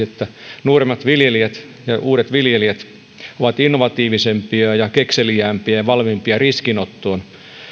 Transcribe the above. että nuoremmat viljelijät ja uudet viljelijät ovat innovatiivisempia ja kekseliäämpiä ja valmiimpia riskinottoon